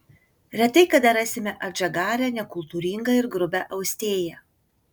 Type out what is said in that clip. retai kada rasime atžagarią nekultūringą ir grubią austėją